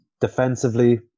Defensively